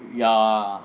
ya